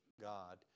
God